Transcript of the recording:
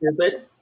stupid